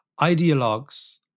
ideologues